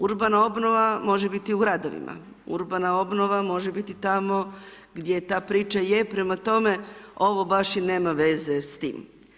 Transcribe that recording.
Urbana obnova može biti u gradovima, urbana obnova može biti tamo gdje je ta priča je, prema tome ovo baš i nema veze s tim.